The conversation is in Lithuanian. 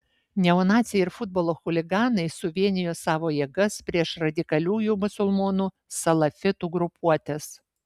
neonaciai ir futbolo chuliganai suvienijo savo jėgas prieš radikaliųjų musulmonų salafitų grupuotes